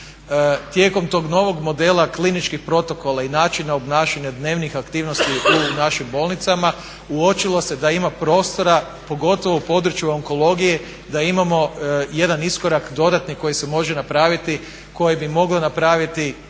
Tijekom tog novog modela kliničkih protokola i načina obnašanja dnevnih aktivnosti u našim bolnicama uočilo se da ima prostora pogotovo u području onkologije da imamo jedan iskorak dodatni koji se može napraviti koje bi moglo napraviti jedan